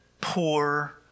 poor